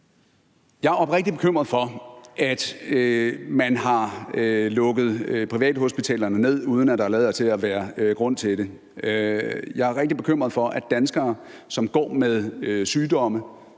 Jeg er oprigtigt bekymret for, at man har lukket privathospitalerne ned, uden at der lader til at være grund til det. Jeg er rigtig bekymret for, at danskere, som går med sygdomme,